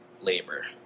labor